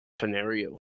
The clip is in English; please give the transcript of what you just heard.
scenario